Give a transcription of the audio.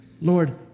Lord